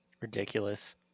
Ridiculous